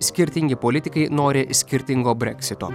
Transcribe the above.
skirtingi politikai nori skirtingo breksito